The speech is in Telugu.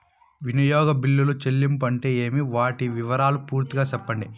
వినియోగ బిల్లుల చెల్లింపులు అంటే ఏమి? వాటి వివరాలు పూర్తిగా సెప్పండి?